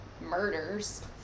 Murders